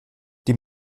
die